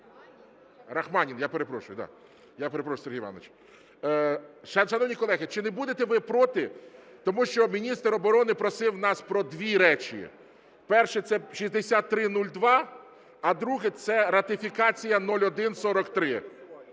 да, я перепрошую, Сергій Іванович. Шановні колеги, чи не будете ви проти? Тому що міністр оборони просив нас про дві речі: перше – це 6302, а друге – це ратифікація – 0143.